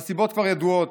והסיבות כבר ידועות.